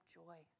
joy